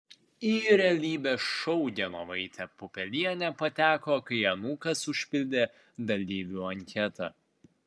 į realybės šou genovaitė pupelienė pateko kai anūkas užpildė dalyvių anketą